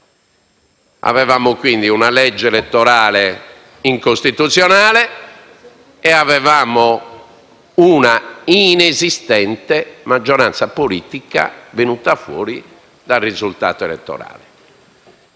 Avevamo quindi una legge elettorale incostituzionale e una inesistente maggioranza politica, venuta fuori dal risultato elettorale.